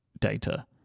data